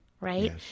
right